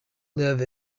live